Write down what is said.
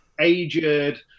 aged